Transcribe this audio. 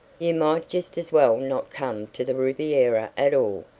you might just as well not come to the riviera at all,